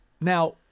Now